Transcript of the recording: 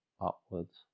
upwards